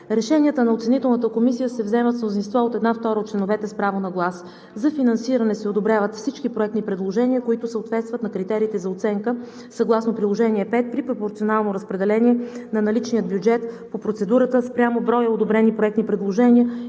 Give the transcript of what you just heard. Решенията на оценителната комисия се вземат с мнозинство от една втора от членовете с право на глас. За финансиране се одобряват всички проектни предложения, които съответстват на критериите за оценка, съгласно Приложение № 5, при пропорционално разпределение на наличния бюджет по процедурата спрямо броя одобрени проектни предложения